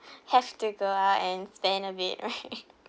have to go out and spend a bit right